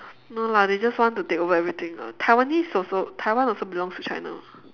no lah they just want to take over everything ah taiwanese also taiwan also belongs to china